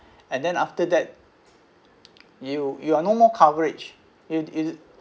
and then after that you you are no more coverage you you